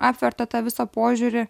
apvertė tą visą požiūrį